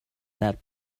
that